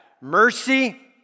Mercy